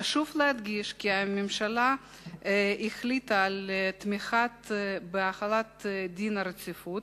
חשוב להדגיש כי הממשלה החליטה על תמיכה בהחלת דין הרציפות,